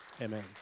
Amen